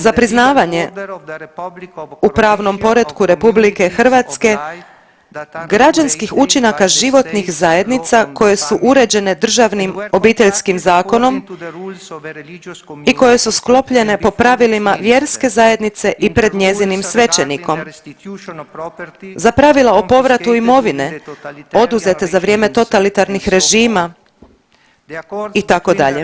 Za priznavanje u pravnom poretku RH građanskih učinaka životnih zajednica koje su uređene državnim Obiteljskim zakonom i koje su sklopljene po pravilima vjerske zajednice i pred njezinim svećenikom za pravila o povratku imovine oduzete za vrijeme totalitarnih režima itd.